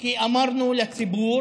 כי אמרנו לציבור